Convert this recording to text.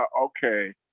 okay